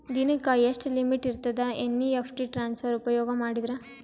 ದಿನಕ್ಕ ಎಷ್ಟ ಲಿಮಿಟ್ ಇರತದ ಎನ್.ಇ.ಎಫ್.ಟಿ ಟ್ರಾನ್ಸಫರ್ ಉಪಯೋಗ ಮಾಡಿದರ?